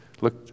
look